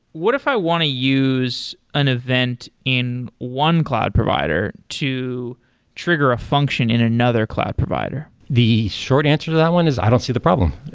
what if i want to use an event in one cloud provider to trigger a function in another cloud provider? the short answer to that one is i don't see the problem,